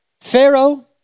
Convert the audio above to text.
Pharaoh